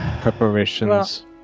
preparations